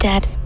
Dad